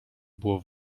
było